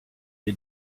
ihr